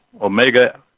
Omega